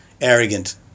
arrogant